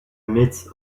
midst